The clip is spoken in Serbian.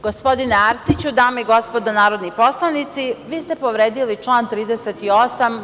Gospodine Arsiću, dame i gospodo narodni poslanici, vi ste povredili član 38.